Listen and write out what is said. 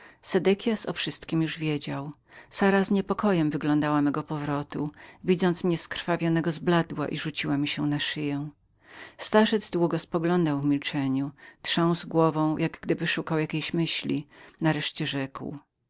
sedekias o wszystkiem już wiedział sara z niespokojnością wyglądała mego powrotu widząc mnie skrwawionego zbladła i rzuciła mi się na szyję starzec długo spoglądał w milczeniu trząsł głową jak gdyby szukał jakiejś myśli nareszcie rzekł